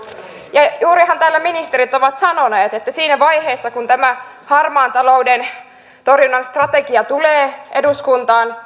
ja ja juurihan täällä ministerit ovat sanoneet että siinä vaiheessa kun tämä harmaan talouden torjunnan strategia tulee eduskuntaan